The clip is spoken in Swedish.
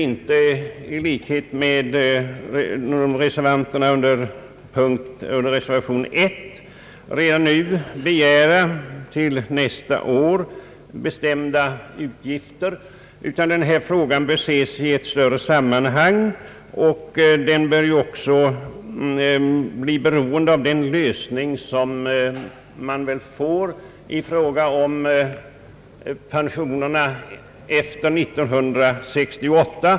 Vi vill emellertid inte såsom i reservation I, redan nu begära medel till nästa år för bestämda utgifter, utan anser att denna fråga bör ses i ett större sammanhang. Den är också beroende av den förbättring av pensionsförmånerna som väl är att vänta efter år 1968.